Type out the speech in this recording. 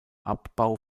abbau